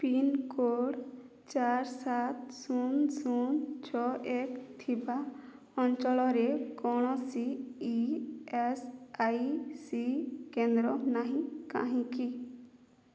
pincode ଚାରି ସାତ ଶୂନ ଶୂନ ଛଅ ଏକ ଥିବା ଅଞ୍ଚଳରେ କୌଣସି ଇ ଏସ୍ ଆଇ ସି କେନ୍ଦ୍ର ନାହିଁ କାହିଁକି